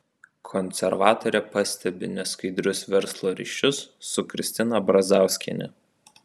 konservatorė pastebi neskaidrius verslo ryšius su kristina brazauskiene